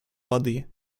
воды